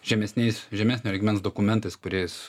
žemesniais žemesnio lygmens dokumentais kuriais